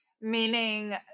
Meaning